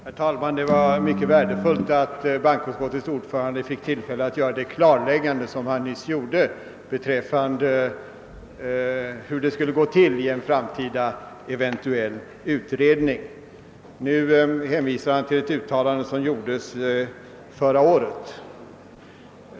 Herr talman! Det var mycket värdefullt att bankoutskottets ordförande fick tillfälle att göra detta klarläggande om hur det skulle gå till i en eventuell framtida utredning. Nu hänvisar han till ett uttalande som gjordes förra året.